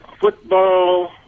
football